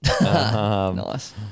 nice